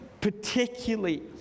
particularly